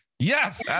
Yes